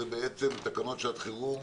זה בעצם תקנות שעת חירום,